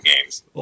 games